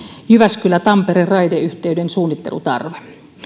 jyväskylä tampere raideyhteyden suunnittelutarve